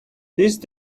these